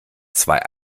zwei